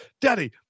daddy